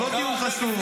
לא דיון חסוי.